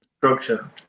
Structure